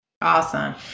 Awesome